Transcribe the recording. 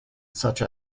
such